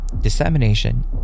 Dissemination